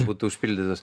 būtų užpildytos